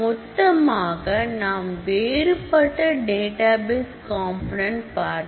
மொத்தமாக நாம் வேறுபட்ட டேட்டாபேஸ் கம்பனென்ட் பார்த்தோம்